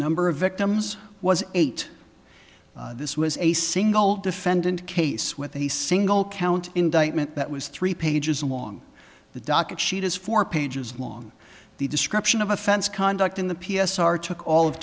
number of victims was eight this was a single defendant case with a single count indictment that was three pages long the docket sheet is four pages long the description of offense conduct in the p s r took all of